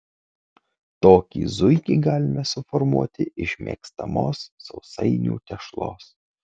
tokį zuikį galime suformuoti iš mėgstamos sausainių tešlos